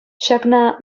ҫакна